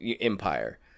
empire